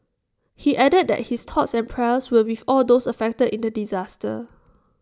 he added that his thoughts and prayers were with all those affected in the disaster